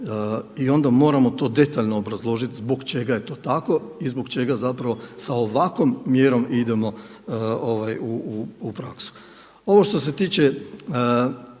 i onda moramo to detaljno obrazložiti zbog čega je to tako i zbog čega zapravo sa ovakvom mjerom idemo u praksu. Ovo što se tiče